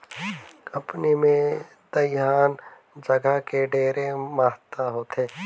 गांव मे दइहान जघा के ढेरे महत्ता होथे